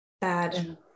bad